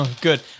Good